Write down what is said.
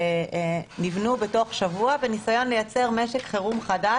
נבנו בתוך שבוע בניסיון לייצר משק חירום חדש